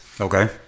okay